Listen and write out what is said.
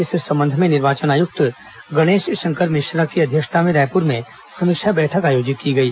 इस संबंध में निर्वाचन आयुक्त गणेश शंकर मिश्रा की अध्यक्षता में रायपुर में समीक्षा बैठक आयोजित की गई